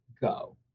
go